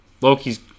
Loki's